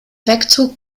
wegzug